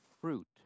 fruit